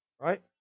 Right